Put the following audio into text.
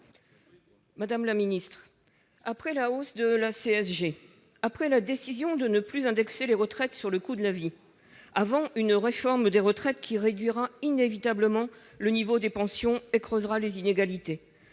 Madame la ministre, après la hausse de la CSG, après la décision de ne plus indexer les retraites sur le coût de la vie, avant une réforme des retraites qui réduira inévitablement le niveau des pensions et creusera les inégalités,